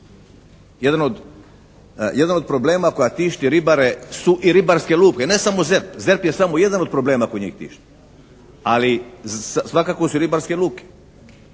jedan od problema koji tišti ribare su i ribarske luke. Ne samo ZERP. ZERP je samo jedan od problema koji njih tišti, ali svakako su i ribarske luke.